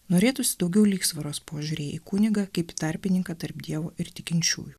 norėtųsi daugiau lygsvaros požiūryje į kunigą kaip tarpininką tarp dievo ir tikinčiųjų